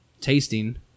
tasting